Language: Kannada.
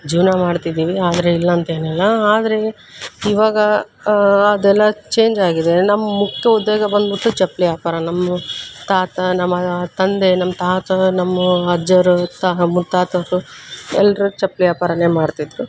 ಜೀವನ ಮಾಡ್ತಿದ್ದೀವಿ ಆದರೆ ಇಲ್ಲಾಂತೇನಿಲ್ಲ ಆದರೆ ಇವಾಗ ಅದೆಲ್ಲ ಚೇಂಜಾಗಿದೆ ನಮ್ಮ ಮುಖ್ಯ ಉದ್ಯೋಗ ಬಂದ್ಬಿಟ್ಟು ಚಪ್ಪಲಿ ವ್ಯಾಪಾರ ನಮ್ಮ ತಾತ ನಮ್ಮ ತಂದೆ ನಮ್ಮ ತಾತ ನಮ್ಮ ಅಜ್ಜರು ತಾ ಮುತ್ತಾತರು ಎಲ್ಲರೂ ಚಪ್ಪಲಿ ವ್ಯಾಪಾರನೇ ಮಾಡ್ತಿದ್ದರು